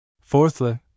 Fourthly